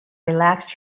relaxed